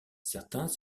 certains